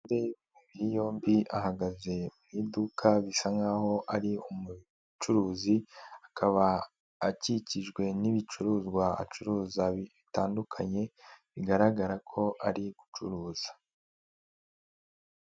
Umugore w'imibiri yombi, ahagaze mu iduka bisa nkaho ari umucuruzi, akaba akikijwe n'ibicuruzwa acuruza bitandukanye, bigaragara ko ari gucuruza.